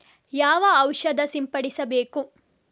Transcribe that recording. ಯಾವ ಔಷಧ ಸಿಂಪಡಿಸಬೇಕು?